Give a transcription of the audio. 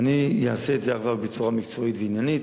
אבל אני אעשה את זה בצורה מקצועית ועניינית.